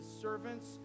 servants